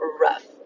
rough